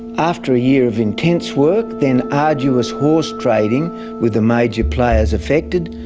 after a year of intense work, then arduous horse trading with the major players affected,